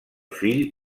fill